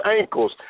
ankles